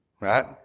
Right